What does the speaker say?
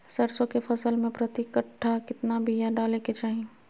सरसों के फसल में प्रति कट्ठा कितना बिया डाले के चाही?